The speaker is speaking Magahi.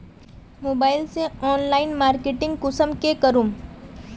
मोबाईल से ऑनलाइन मार्केटिंग कुंसम के करूम?